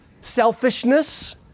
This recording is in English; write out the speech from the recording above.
selfishness